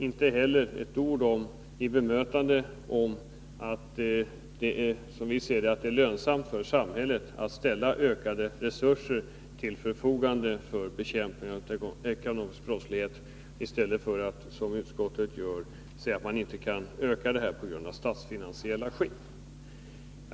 Inte heller nämndes ett ord till bemötande av att det — som vi ser det — är lönsamt för samhället att ställa ökade resurser till förfogande för bekämpningen av ekonomisk brottslighet, i stället för att som utskottet gör säga att man inte kan öka dessa resurser av statsfinansiella skäl.